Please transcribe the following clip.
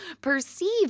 perceive